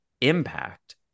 impact